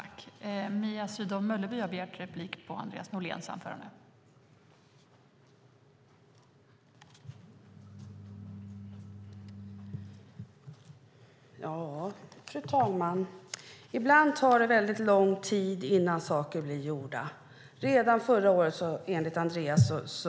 Jag yrkar därför bifall till utskottets förslag.